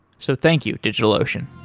so thank you, digitalocean